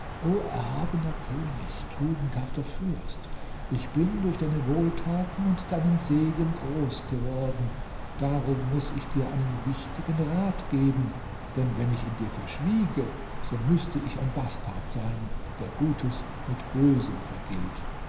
erhabener könig tugendhafter fürst ich bin durch deine wohltaten und deinen segen groß geworden darum muß ich dir einen wichtigen rat geben denn wenn ich ihn dir verschwiege so müßte ich ein bastard sein der gutes mit bösem vergilt